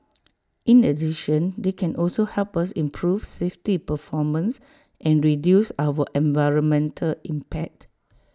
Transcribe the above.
in addition they can also help us improve safety performance and reduce our environmental impact